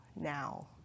now